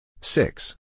Six